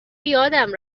یادم